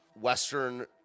western